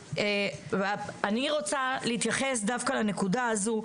אני רוצה להתייחס דווקא לנקודה הזאת,